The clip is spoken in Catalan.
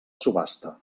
subhasta